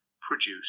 produce